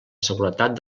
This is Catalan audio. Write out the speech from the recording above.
seguretat